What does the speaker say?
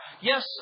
Yes